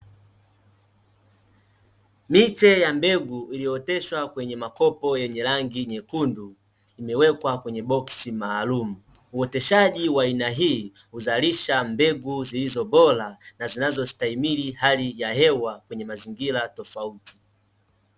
Miche ya mbegu iliyooteshwa kwenye makopo yenye rangi nyekundu imewekwa kwenye boksi maalumu. Uoteshaji wa aina hii huzalisha mbegu zilizo bora na zinazostahimili hali ya hewa kwenye mazingira tofauti.